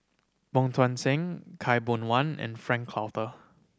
Wong Tuang Seng Khaw Boon Wan and Frank Cloutier